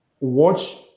Watch